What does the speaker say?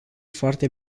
foarte